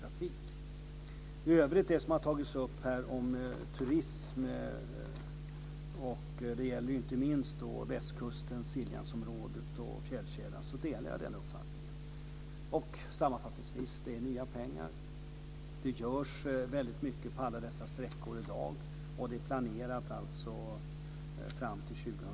Det övriga som har tagits upp här gäller t.ex. turism. Det gäller inte minst Västkusten, Siljanområdet och fjällkedjan. Jag delar den uppfattningen. Sammanfattningsvis kan jag säga att detta är nya pengar. Det görs mycket på alla dessa sträckor i dag, och man har planerat fram till 2007.